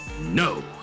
No